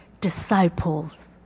disciples